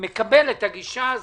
מקבל את הגישה הזאת.